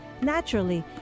naturally